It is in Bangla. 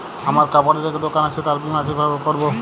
আমার কাপড়ের এক দোকান আছে তার বীমা কিভাবে করবো?